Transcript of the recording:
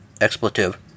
expletive